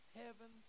heaven